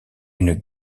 une